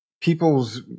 people's